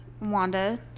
Wanda